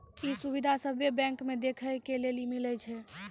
इ सुविधा सभ्भे बैंको मे देखै के लेली मिलै छे